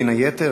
בין היתר,